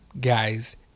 guys